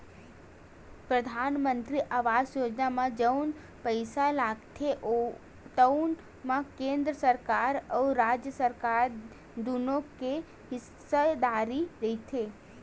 परधानमंतरी आवास योजना म जउन पइसा लागथे तउन म केंद्र सरकार अउ राज सरकार दुनो के हिस्सेदारी होथे